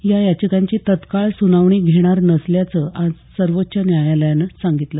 या याचिकांची तत्काळ सुनावणी घेणार नसल्याचं आज सर्वोच्व न्यायालयानं सांगितलं